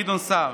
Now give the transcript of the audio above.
גדעון סער,